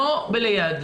לא ליד.